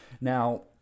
Now